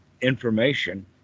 information